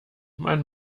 man